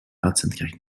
uitzendkracht